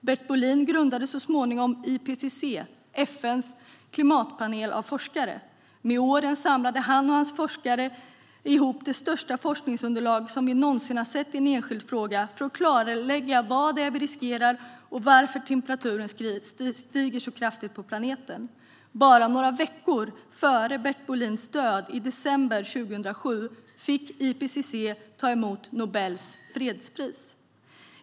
Bert Bolin grundade så småningom IPCC, FN:s klimatpanel av forskare. Med åren samlade han och hans forskare ihop det största forskningsunderlag som vi någonsin har sett i en enskild fråga för att klarlägga vad vi riskerar och varför temperaturen stiger så kraftigt på vår planet. Bara några veckor före Bert Bolins död i december 2007 fick IPCC ta emot Nobels fredspris.